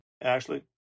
ashley